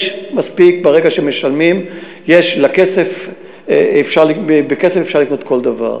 יש מספיק, ברגע שמשלמים, בכסף אפשר לקנות כל דבר.